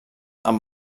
amb